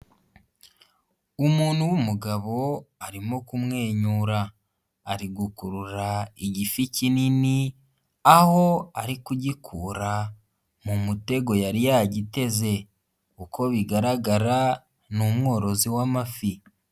Umuntu w'umugabo arimo kumwenyura, ari gukurura igifi kinini, aho arikugikura mu mutego yari yagiteze, uko bigaragara ni umworozi wamafi.